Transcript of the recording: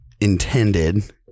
intended